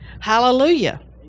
Hallelujah